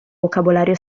vocabolo